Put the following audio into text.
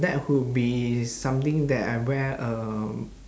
that would be something that I wear um